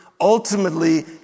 Ultimately